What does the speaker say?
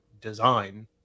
design